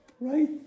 right